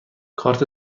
کارت